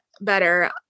better